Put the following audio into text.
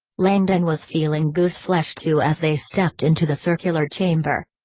langdon was feeling gooseflesh too as they stepped into the circular chamber.